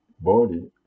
body